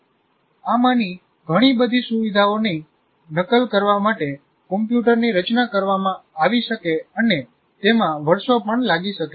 આમાંની ઘણી બધી સુવિધાઓની નકલ કરવા માટે કમ્પ્યુટરની રચના કરવામાં આવી શકે અને તેમાં વર્ષો પણ લાગી શકે છે